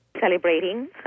Celebrating